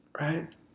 right